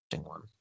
one